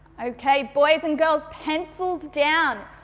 okay, boys and girls pencils down,